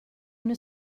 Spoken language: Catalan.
una